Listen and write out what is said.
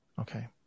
Okay